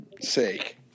sake